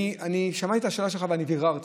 אני שמעתי את השאלה שלך ואני ביררתי: